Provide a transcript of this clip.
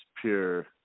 pure